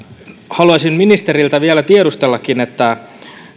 haluaisin ministeriltä vielä tiedustellakin